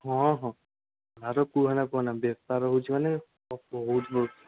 ହଁ ହଁ ଆଉ ସବୁ କୁହନା କୁହନା ବେପାର ହେଉଛି ମାନେ ସବୁ ବହୁତ